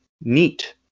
neat